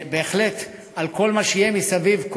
ובהחלט על כל מה שיהיה מסביב,